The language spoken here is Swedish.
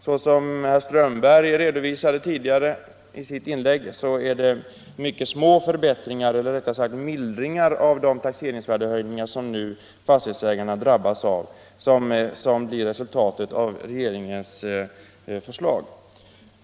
Såsom herr Strömberg i Botkyrka redovisade tidigare i sitt inlägg är det mycket små förbättringar eller rättare sagt mildringar av de taxeringsvärdehöjningar som fastighetsägarna nu drabbas av som blir resultatet av regeringens förslag.